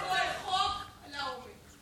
התשפ"ג 2023,